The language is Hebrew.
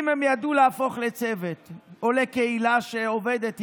אם הם ידעו להפוך לצוות או לקהילה שעובדת ביחד,